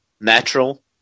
natural